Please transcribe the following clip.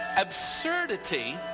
absurdity